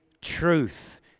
truth